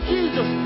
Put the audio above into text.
Jesus